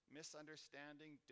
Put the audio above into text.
misunderstanding